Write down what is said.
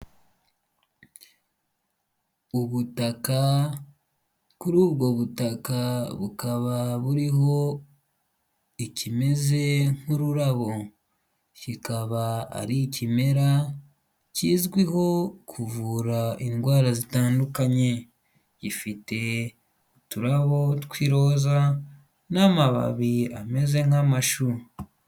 Ubutaka kuri ubwo butaka bukaba buriho ikimeze nk'ururabo kikaba ari ikimera kizwiho kuvura indwara zitandukanye gifite uturabo tw'iroza n'amababi ameze nk'amashu.